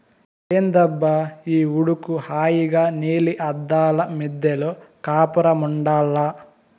ఏందబ్బా ఈ ఉడుకు హాయిగా నీలి అద్దాల మిద్దెలో కాపురముండాల్ల